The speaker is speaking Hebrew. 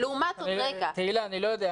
לעומת זאת --- תהלה, אני לא יודע.